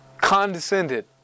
Condescended